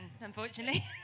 unfortunately